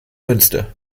münster